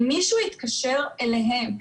אם מישהו יתקשר אליהם ויגיד: